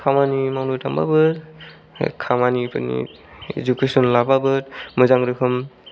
खामानि मावनो थांबाबो खामानिफोरनि इजुकिशन लाबाबो मोजां